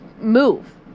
Move